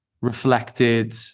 reflected